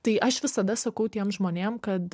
tai aš visada sakau tiem žmonėm kad